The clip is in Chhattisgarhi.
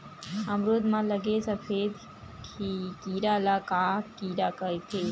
अमरूद म लगे सफेद कीरा ल का कीरा कइथे?